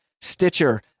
Stitcher